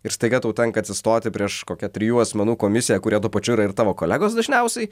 ir staiga tau tenka atsistoti prieš kokią trijų asmenų komisiją kurie tuo pačiu ir tavo kolegos dažniausiai